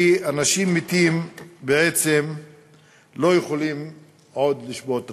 כי אנשים מתים בעצם לא יכולים עוד לשבות רעב.